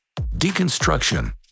deconstruction